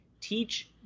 teach